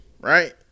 right